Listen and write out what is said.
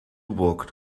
walked